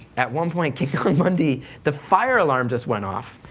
at one point, king kong bundy, the fire alarm just went off,